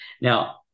Now